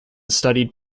studied